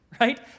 right